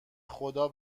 خدا